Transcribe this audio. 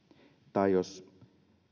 tai jos